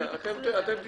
אתם תתייחסו.